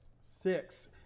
Six